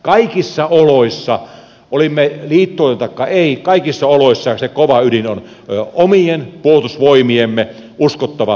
kaikissa oloissa olimme liittoutuneita taikka ei se kova ydin on omien puolustusvoimiemme uskottava suorituskyky